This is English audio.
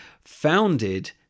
founded